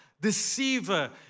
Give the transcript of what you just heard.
deceiver